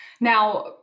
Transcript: Now